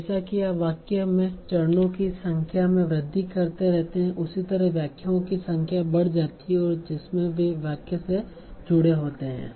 जैसा कि आप वाक्य में चरणों की संख्या में वृद्धि करते रहते हैं उसी तरह व्याख्याओं की संख्या बढ़ जाती है जिसमें वे वाक्य से जुड़े होते हैं